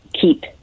keep